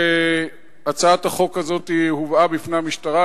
הצעת החוק הזאת הובאה בפני המשטרה,